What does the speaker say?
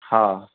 हा